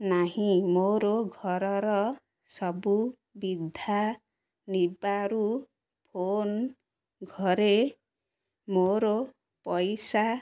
ନାହିଁ ମୋର ଘରର ସବୁ ବିଧା ନିବାରୁ ଫୋନ ଘରେ ମୋର ପଇସା